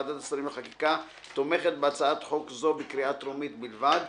ועדת השרים לחקיקה תומכת בהצעת חוק זו בקריאה טרומית בלבד.